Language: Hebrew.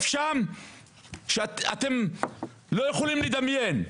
שם זה משהו שאתם לא יכולים אפילו לדמיין.